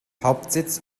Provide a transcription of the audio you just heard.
hauptsitz